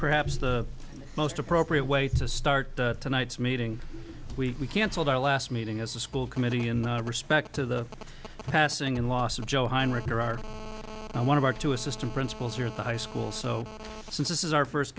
perhaps the most appropriate way to start tonight's meeting we canceled our last meeting as a school committee in respect to the passing and loss of joe heinrich or our one of our two assistant principals here at the high school so since this is our first